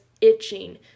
itching